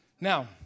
Now